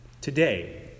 Today